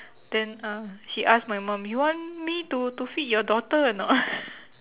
then uh she ask my mum you want me to to feed your daughter or not